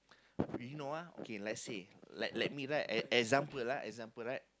you know ah okay let's say let let me right e~ example ah example right